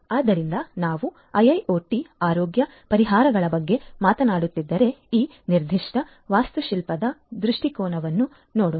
ಆದ್ದರಿಂದ ನಾವು IIoT ಆರೋಗ್ಯ ಪರಿಹಾರಗಳ ಬಗ್ಗೆ ಮಾತನಾಡುತ್ತಿದ್ದರೆ ಈ ನಿರ್ದಿಷ್ಟ ವಾಸ್ತುಶಿಲ್ಪದ ದೃಷ್ಟಿಕೋನವನ್ನು ನೋಡೋಣ